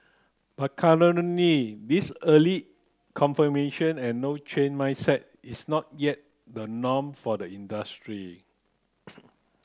but currently this early confirmation and no change mindset is not yet the norm for the industry